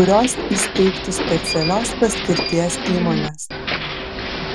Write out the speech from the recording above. kurios įsteigtų specialios paskirties įmones